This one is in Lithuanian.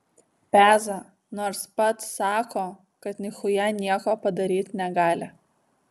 peza nors pats sako kad nichuja nieko padaryt negali